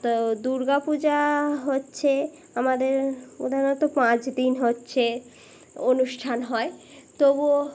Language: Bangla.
তো দুর্গা পূজা হচ্ছে আমাদের উদাহরণত পাঁচ দিন হচ্ছে অনুষ্ঠান হয় তবুও